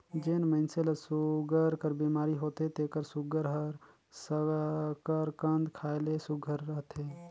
जेन मइनसे ल सूगर कर बेमारी होथे तेकर सूगर हर सकरकंद खाए ले सुग्घर रहथे